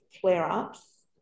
flare-ups